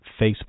Facebook